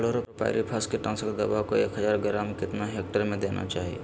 Chlorpyrifos कीटनाशक दवा को एक हज़ार ग्राम कितना हेक्टेयर में देना चाहिए?